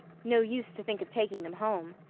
no use to think of taking them home.